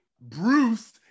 Bruce